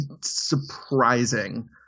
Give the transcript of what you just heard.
surprising